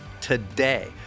today